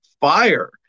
fire